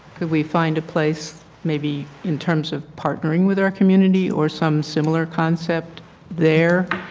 can we find a place maybe in terms of partnering with our community or some similar concept there?